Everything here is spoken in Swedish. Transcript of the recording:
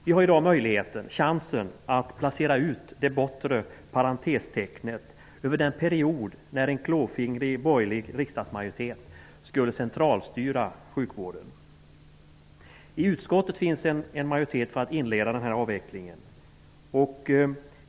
Vi har i dag chansen att ta bort parentesen över den period som en klåfingrig borgerlig riksdagsmajoritet skulle centralstyra sjukvården. I utskottet finns en majoritet för att inleda avvecklingen.